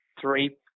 three